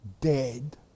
dead